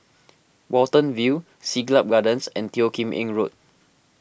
Watten View Siglap Gardens and Teo Kim Eng Road